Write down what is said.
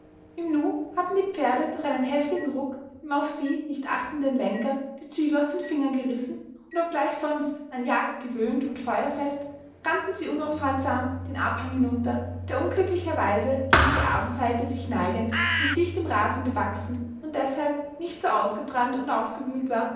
im nu hatten die pferde durch einen heftigen ruck dem auf sie nicht achtenden lenker die zügel aus den fingern gerissen und obgleich sonst an jagd gewöhnt und feuerfest rannten sie unaufhaltsam den abhang hinunter der unglücklicherweise gegen die abendseite sich neigend mit dichtem rasen bewachsen und deßhalb nicht so ausgebrannt und aufgewühlt war